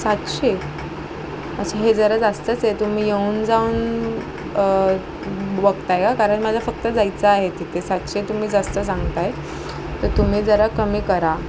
सातशे अच्च्छा हे जरा जास्तचे तुम्ही येऊन जाऊन बघत आहे का कारण माझा फक्त जायचा आहे तिथे सातशे तुम्ही जास्त सांगत आहे तर तुम्ही जरा कमी करा